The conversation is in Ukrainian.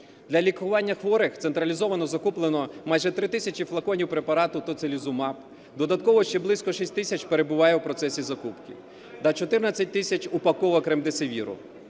Для лікування хворих централізовано закуплено майже 3 тисячі флаконів препарату "Тоцилізумаб", додатково ще близько 6 тисяч перебуває у процесі закупки, да 14 тисяч упаковок "Ремдесевіру".